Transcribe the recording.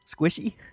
Squishy